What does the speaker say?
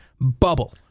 bubble